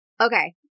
Okay